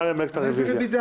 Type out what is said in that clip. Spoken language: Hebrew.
נא לנמק את הרביזיה.